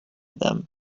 them